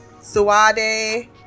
Suade